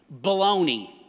baloney